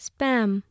Spam